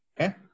Okay